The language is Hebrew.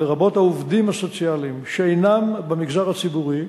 לרבות העובדים הסוציאליים שאינם במגזר הציבורי,